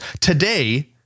Today